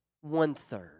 one-third